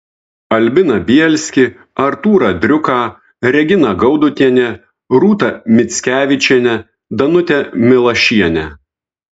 albiną bielskį artūrą driuką reginą gaudutienę rūtą mickevičienę danutę milašienę